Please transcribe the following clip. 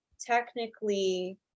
technically